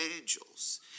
angels